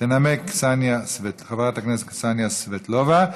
תנמק חברת הכנסת קסניה סבטלובה.